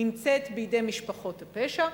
נמצאת בידי משפחות הפשע.